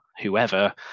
whoever